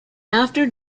after